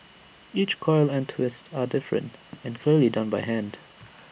each coil and twist are different and clearly done by hand